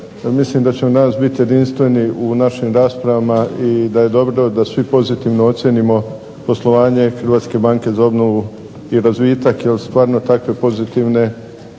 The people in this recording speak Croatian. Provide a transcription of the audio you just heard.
Mislim da ćemo danas biti jedinstveni u našim raspravama i da je dobro da svi pozitivno ocijenimo poslovanje Hrvatske banke za obnovu i razvitak jer stvarno takve pozitivne